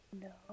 No